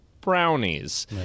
brownies